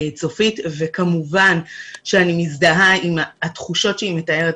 צופית, וכמובן שאני מזדהה עם התחושות שהיא מתארת.